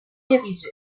érigée